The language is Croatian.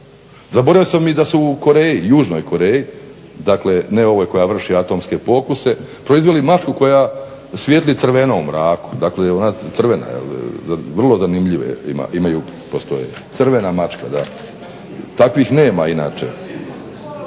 Zaboravio sam i da su u Koreji, Južnoj Koreji dakle ne ovoj koja vrši atomske pokuse, proizveli mačku koja svijetli crveno u mraku. Dakle, ona je crvena jel'. Vrlo zanimljive imaju, postoje. Crvena mačka, da. Takvih nema inače.